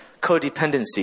codependency